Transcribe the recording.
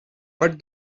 but